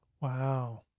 wow